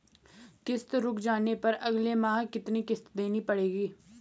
किश्त रुक जाने पर अगले माह कितनी किश्त देनी पड़ेगी?